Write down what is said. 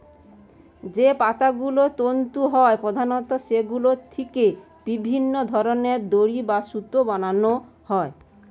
যে পাতাগুলো তন্তু হয় প্রধানত সেগুলো থিকে বিভিন্ন ধরনের দড়ি বা সুতো বানানা হয়